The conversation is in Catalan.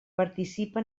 participa